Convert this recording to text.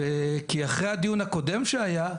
כי אחרי הדיון הקודם שהיה,